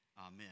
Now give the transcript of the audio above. Amen